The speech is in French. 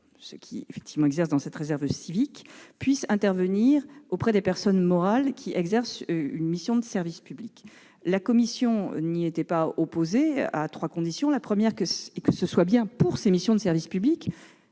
qui servent dans cette réserve civique puissent intervenir auprès des personnes morales qui exercent une mission de service public. La commission n'y est pas opposée, à trois conditions. Tout d'abord, il doit bien s'agir de missions de service public,